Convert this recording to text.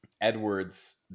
Edward's